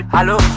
Hello